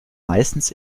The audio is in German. meistens